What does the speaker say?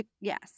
Yes